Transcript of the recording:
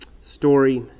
story